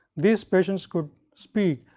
these patients could speak,